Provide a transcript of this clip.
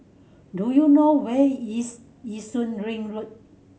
do you know where is Yishun Ring Road